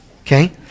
okay